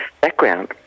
background